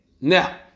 Now